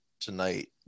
tonight